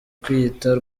kwiyita